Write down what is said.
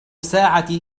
ساعتي